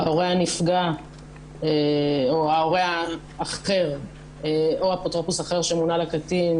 ההורה הנפגע או ההורה האחר או אפוטרופוס אחר שמונה לקטין,